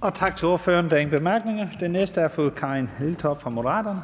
Kl. 16:14 Første næstformand (Leif Lahn Jensen): Tak til ordføreren.